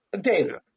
Dave